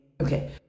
Okay